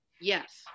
Yes